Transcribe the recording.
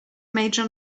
mayor